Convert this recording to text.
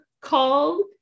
called